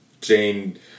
Jane